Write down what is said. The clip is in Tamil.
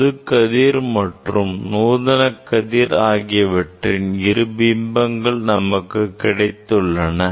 பொதுக் கதிர் மற்றும் நூதனகதிர் ஆகியவற்றின் இரு பிம்பங்கள் நமக்கு கிடைத்துள்ளன